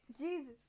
Jesus